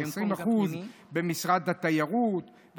20% במשרד התיירות,